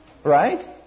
Right